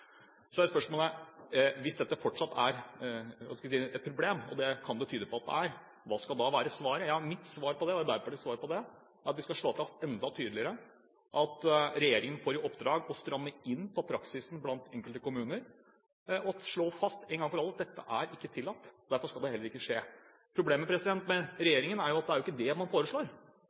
det tyde på at det er – hva skal da være svaret? Mitt og Arbeiderpartiets svar på det er at vi skal slå fast enda tydeligere at regjeringen får i oppdrag å stramme inn på praksisen blant enkelte kommuner og slå fast en gang for alle at dette ikke er tillatt, og derfor skal det heller ikke skje. Problemet med regjeringen er at det er ikke det man foreslår.